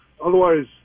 Otherwise